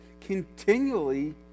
continually